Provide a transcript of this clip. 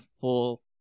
full